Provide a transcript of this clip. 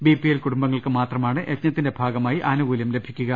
BP L കുടുംബങ്ങൾക്ക് മാത്രമാണ് യജ്ഞത്തിന്റെ ഭാഗമായി ആനു കൂല്യം ലഭിക്കുക